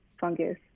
fungus